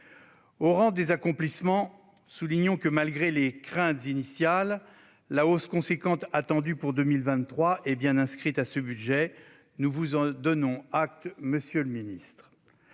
Au rang des accomplissements, soulignons que, malgré les craintes initiales, la hausse importante attendue pour 2023 est bien inscrite à ce budget. Nous vous en donnons acte, monsieur le ministre.